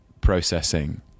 processing